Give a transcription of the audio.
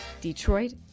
Detroit